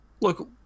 look